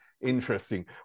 interesting